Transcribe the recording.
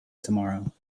tomorrow